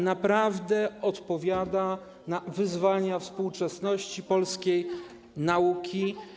naprawdę odpowiada na wyzwania współczesnej polskiej nauki.